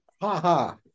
ha-ha